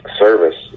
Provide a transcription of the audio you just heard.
service